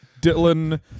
Dylan